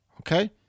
Okay